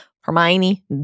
Hermione